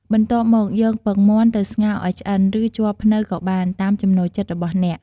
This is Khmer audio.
បន្ទាប់មក យកពងមាន់ទៅស្ងោរឲ្យឆ្អិន ឬជ័រភ្នៅក៏បាន តាមចំណូលចិត្តរបស់អ្នក។